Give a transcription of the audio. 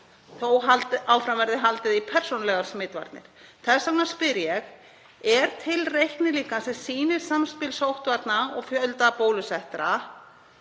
þótt áfram verði haldið í persónulegar smitvarnir. Þess vegna spyr ég: Er til reiknilíkan sem sýnir samspil sóttvarna og fjölda bólusettra?